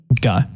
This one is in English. Go